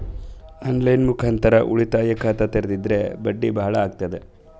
On line ಮುಖಾಂತರ ಉಳಿತಾಯ ಖಾತ ತೇರಿದ್ರ ಬಡ್ಡಿ ಬಹಳ ಅಗತದ?